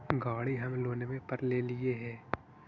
गाड़ी हम लोनवे पर लेलिऐ हे?